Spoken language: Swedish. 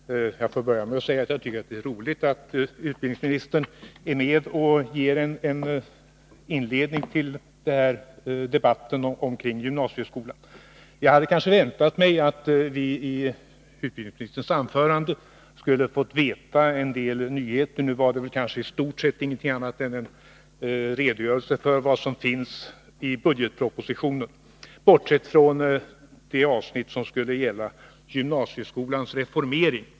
Herr talman! Jag får börja med att säga att jag tycker att det är roligt att utbildningsministern är med och ger en inledning till debatten omkring gymnasieskolan. Jag hade kanske väntat mig att vi i utbildningsministerns anförande skulle ha fått veta en del nyheter. Nu var det istort sett inget annat än en redogörelse för vad som finns i budgetpropositionen, bortsett från det avsnitt som skulle gälla gymnasieskolans reformering.